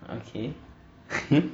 okay